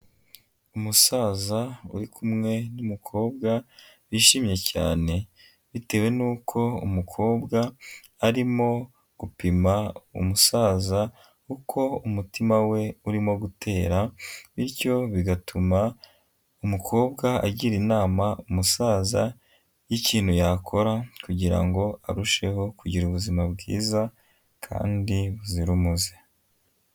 Umusaza uri kumwe n'umukobwa bishimye cyane bitewe nuko umukobwa arimo gupima umusaza uko umutima we urimo gutera, bityo bigatuma umukobwa agira inama umusaza y'ikintu yakora kugira arusheho kugira ubuzima bwiza kandi buzira umuze.